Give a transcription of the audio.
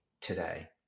today